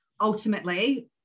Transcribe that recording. ultimately